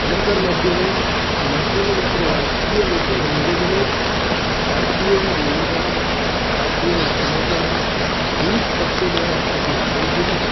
સમાચાર માધ્યમો માત્રને માત્ર રાજકીય લોકોના નિવેદનો પાર્ટીઓના નિવેદનો પાર્ટીઓના સમાચારો વિવિધ પક્ષો દ્રારા થતી કામગીરી